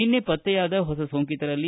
ನಿನ್ನೆ ಪತ್ತೆಯಾದ ಹೊಸ ಸೋಂಕಿತರಲ್ಲಿ